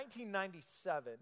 1997